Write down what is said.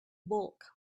bulk